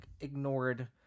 ignored